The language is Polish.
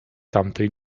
tamtej